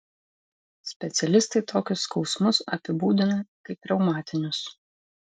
specialistai tokius skausmus apibūdina kaip reumatinius